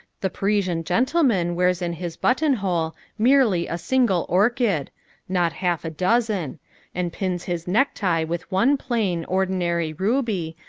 the parisian gentleman wears in his button-hole merely a single orchid not half a dozen and pins his necktie with one plain, ordinary ruby,